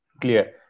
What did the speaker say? Clear